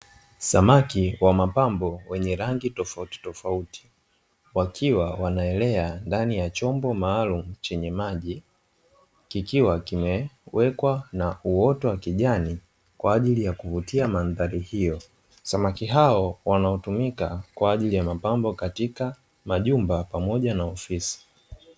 Samaki wa mapambo wenye rangi tofautitofauti wakiwa wanaelea ndani ya chombo maalumu chenye maji, kikiwa kimewekwa na uoto wa kijani kwa ajili ya kuvutia mandhari hiyo. Samaki hao wanaotumika kwa ajili ya mapambo katika majumba pamoja na ofisi.